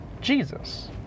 Jesus